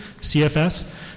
CFS